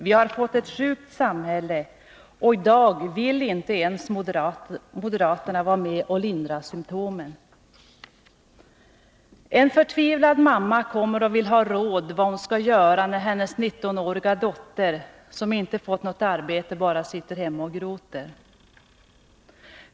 Vi har fått ett sjukt samhälle, och i dag vill inte ens moderaterna vara med och lindra symptomen. En förtvivlad mamma kommer och vill ha råd om vad hon skall göra när hennes 18-åriga dotter, som inte fått något arbete, bara sitter och gråter.